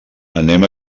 anem